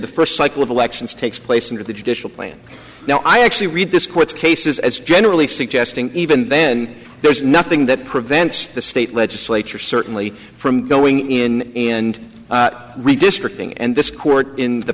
the first cycle of elections takes place in the judicial plan now i actually read this court's cases as generally suggesting even then there's nothing that prevents the state legislature certainly from going in and redistricting and this court in the